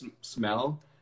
smell